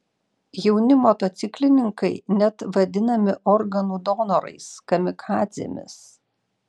jauni motociklininkai net vadinami organų donorais kamikadzėmis